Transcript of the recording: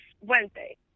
Wednesday